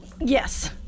Yes